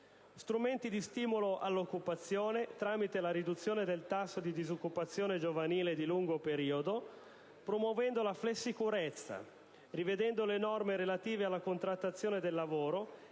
strumenti di stimolo all'occupazione tramite la riduzione del tasso di disoccupazione giovanile di lungo periodo, promuovendo la "flessicurezza", rivedendo le norme relative alla contrattazione del lavoro e